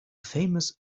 famous